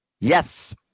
Yes